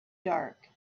dark